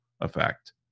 effect